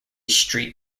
street